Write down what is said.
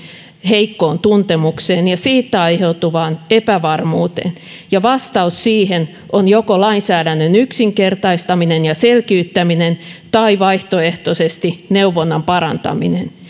heikkoon tuntemukseen ja siitä aiheutuvaan epävarmuuteen ja vastaus siihen on joko lainsäädännön yksinkertaistaminen ja selkiyttäminen tai vaihtoehtoisesti neuvonnan parantaminen